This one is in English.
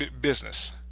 business